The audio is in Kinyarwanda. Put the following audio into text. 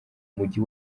mujyi